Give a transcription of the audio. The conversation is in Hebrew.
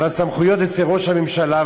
והסמכויות אצל ראש הממשלה,